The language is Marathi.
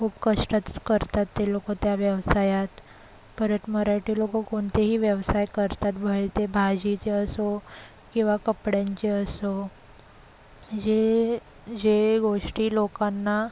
खूप कष्टच करतात ते लोकं त्या व्यवसायात परत मराठी लोकं कोणतेही व्यवसाय करतात व ते भाजीचे असो किंवा कपड्यांचे असो जे जे गोष्टी लोकांना